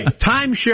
Timeshare